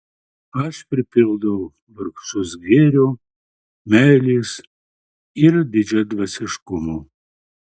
aš pripildau vargšus gėrio meilės ir didžiadvasiškumo